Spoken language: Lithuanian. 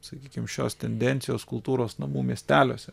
sakykim šios tendencijos kultūros namų miesteliuose